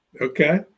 Okay